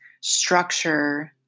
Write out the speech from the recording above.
structure